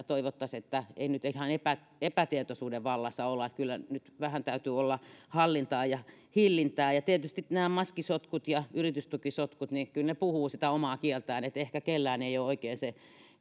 toivottaisiin että ei nyt ihan epätietoisuuden vallassa olla että kyllä nyt vähän täytyy olla hallintaa ja hillintää tietysti nämä maskisotkut ja yritystukisotkut kyllä puhuvat sitä omaa kieltään että ehkä kellään ei ole oikein se